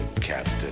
captain